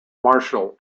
martial